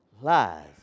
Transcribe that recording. lies